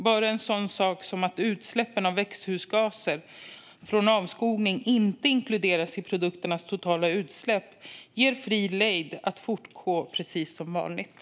Bara en sådan sak som att utsläppen av växthusgaser från avskogning inte inkluderas i produkternas totala utsläpp ger fri lejd att fortsätta precis som vanligt.